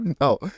No